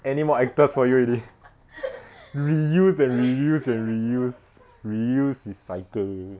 anymore actors for you already reuse and reuse and reuse reuse recycle